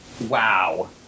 Wow